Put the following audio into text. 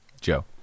Joe